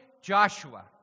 Joshua